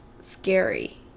scary